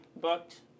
booked